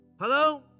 Hello